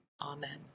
amen